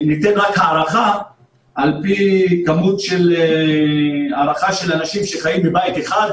ניתן רק הערכה על פי כמות של אנשים שחיים בבית אחד,